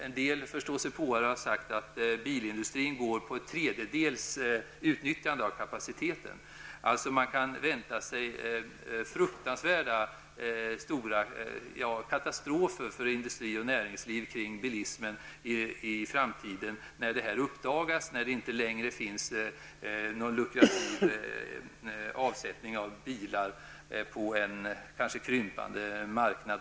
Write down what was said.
En del förståsigpåare har sagt att bilindustrin går på en tredjedels utnyttjande av kapaciteten. Man kan alltså vänta sig fruktansvärt stora katastrofer för industri och näringsliv kring bilismen när det i framtiden uppdagas att det inte längre finns någon lukrativ avsättning för bilar på en totalt sett krympande marknad.